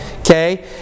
okay